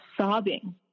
sobbing